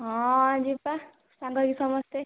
ହଁ ଯିବା ସାଙ୍ଗ ହେଇକି ସମସ୍ତେ